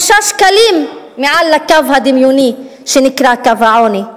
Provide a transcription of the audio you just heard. שקלים מעל הקו הדמיוני שנקרא קו העוני,